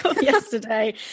yesterday